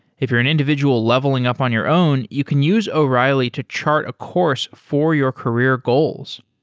if you're an individual leveling up on your own, you can use o'reilly to chart a course for your career goals.